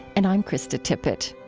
and i'm krista tippett